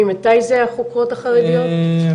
ממתי זה החוקרות החרדיות?